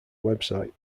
website